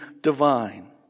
divine